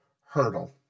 Hurdle